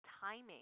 timing